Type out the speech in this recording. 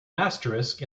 asterisk